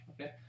Okay